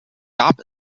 gab